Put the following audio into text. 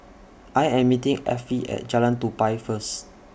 I Am meeting Affie At Jalan Tupai First